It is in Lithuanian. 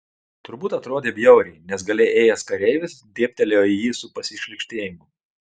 turbūt atrodė bjauriai nes gale ėjęs kareivis dėbtelėjo į jį su pasišlykštėjimu